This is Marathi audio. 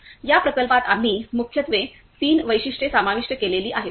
या प्रकल्पात आम्ही मुख्यत्वे तीन वैशिष्ट्ये समाविष्ट केलेली आहेत